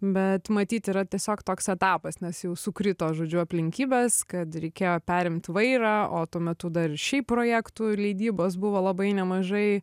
bet matyt yra tiesiog toks etapas nes jau sukrito žodžiu aplinkybės kad reikėjo perimt vairą o tuo metu dar šiaip projektų leidybos buvo labai nemažai